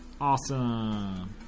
Awesome